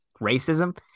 racism